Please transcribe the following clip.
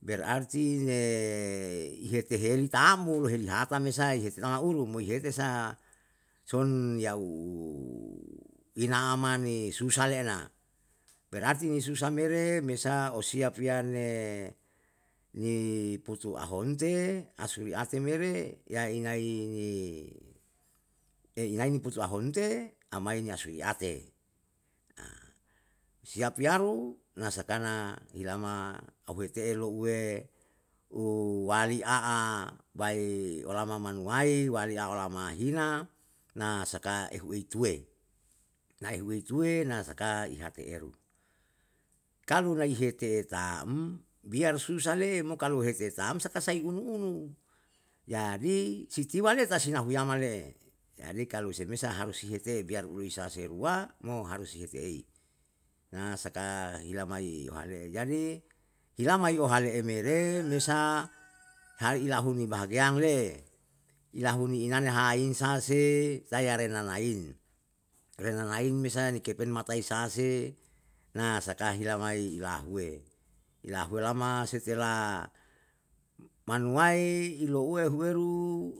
Berarti iehetehen tam mo, lilihata me sai, hetina ulu mo ihite sa son yau ina ama ne susah le'e na. Berarti ne susah me re mesa osiap yane ni putu ahonte asuri ate me re, yai ina ni, einai putu ahonte amai na suiate, siap yanu na sakana ilama auhete'e louwe uwali aa bai olama manuwai, wali'a olama hihina, na saka ehuei tuwe, na ehuwei tuwe, na saka ihate eru. Kalu nai hete tam, biar susah le'e mo kalu hete tam saka sai unu unu, jadi si tiwa le tasi nahuyama le, jadi kalu se mesa harus hiete biar uluisaha se rua, mo harus si hete ei. Na saka hila mai uhale jadi hilamai yohale emere mesa hai ilahuni bahagiang le'e, ilahuni inane hain sa se, tayare nanain, re nanain me sae ni kepen matae isa se na saka hina mai ilahuwe, ilahuwe lama setelah manuwai ilohuwe huweru